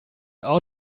out